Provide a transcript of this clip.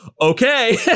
okay